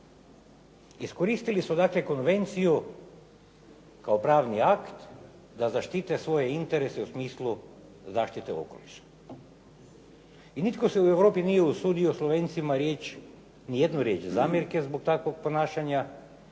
Iskoristili su dakle konvenciju kao pravni akt da zaštite svoje interese u smislu zaštite okoliša. I nitko se u Europi nije usudio Slovencima reći ni jednu riječ zamjerke zbog takvog ponašanja.